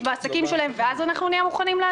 במחזורים העסקיים שלהם ואז אנחנו נהיה מוכנים לעזור?